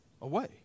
away